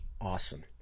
awesome